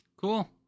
Cool